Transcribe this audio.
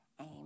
aim